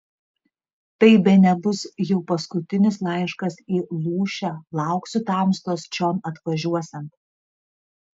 tai bene bus jau paskutinis laiškas į lūšę lauksiu tamstos čion atvažiuosiant